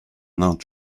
not